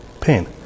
pain